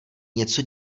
něco